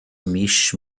mis